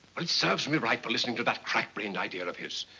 it serves me right for listening to that half-brained idea of his,